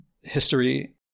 history